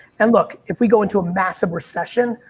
and look, if we go into a massive recession,